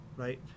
right